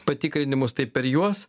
patikrinimus tai per juos